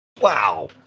Wow